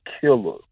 killer